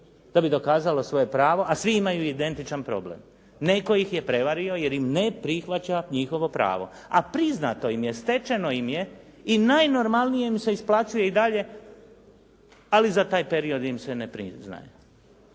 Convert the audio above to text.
da bi dokazalo svoje pravo, a svi imaju identičan problem. Netko ih je prevario jer im ne prihvaća njihovo pravo. A priznato im je, stečeno im je i najnormalnije im se isplaćuje i dalje ali za taj period im se ne priznaje.